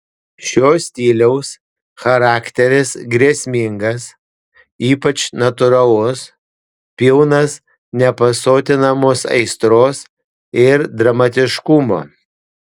šio stiliaus charakteris grėsmingas ypač natūralus pilnas nepasotinamos aistros ir dramatiškumo